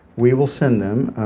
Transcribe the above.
we will send them.